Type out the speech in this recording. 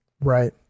Right